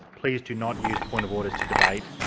please do not use points of order to debate.